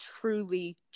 truly